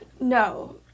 No